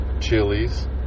chilies